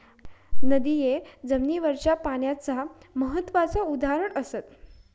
नदिये जमिनीवरच्या पाण्याचा महत्त्वाचा उदाहरण असत